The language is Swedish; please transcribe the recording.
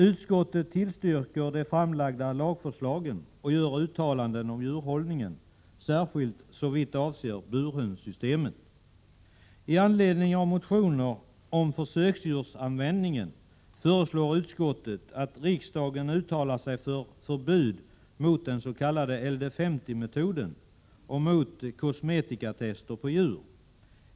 Utskottet tillstyrker de framlagda lagförslagen och gör uttalanden om djurhållningen, särskilt såvitt avser burhönssystemet. I anledning av motioner om försöksdjursanvändningen föreslår utskottet att riksdagen uttalar sig för förbud mot den s.k. LD 50-metoden och mot kosmetikatester på djur.